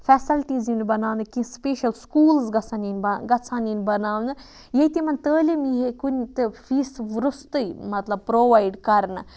facilities یِن بَناونہٕ کینٛہہ سپیشَل سُکوٗلز گَژھَن یِن گَژھَن یِن بَناونہٕ ییٚتہِ یِمَن تعلیٖم ییہے کُنہِ فیسہٕ روٚستٕے مَطلَب پرووایڈ کَرنہٕ